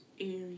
area